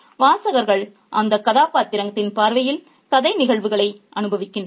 எனவே வாசகர்கள் அந்தக் கதாபாத்திரத்தின் பார்வையில் கதை நிகழ்வுகளை அனுபவிக்கின்றனர்